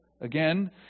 again